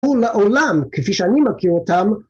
ולעולם, כפי שאני מכיר אותם.